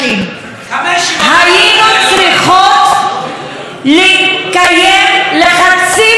היינו צריכות לקיים לחצים אדירים על